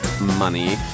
Money